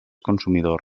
consumidor